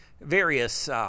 various